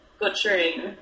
butchering